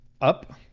up